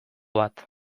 bat